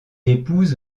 épouse